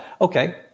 okay